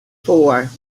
four